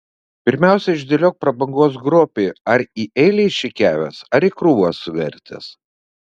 pirmiausia išdėliok prabangos grobį ar į eilę išrikiavęs ar į krūvą suvertęs